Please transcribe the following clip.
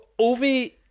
Ovi